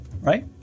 Right